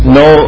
no